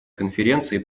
конференции